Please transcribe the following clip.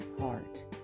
heart